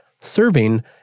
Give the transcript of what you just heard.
Serving